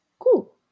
cool